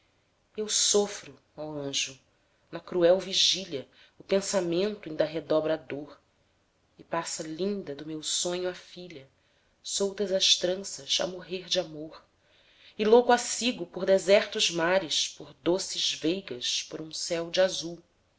eu sofro oh anjo na cruel vigília o pensamento inda redobra a dor e passa linda do meu sonho a filha soltas as tranças a morrer de amor e louco a sigo por desertos mares por doces veigas por um céu de azul